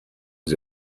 was